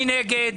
מי נגד?